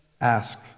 ask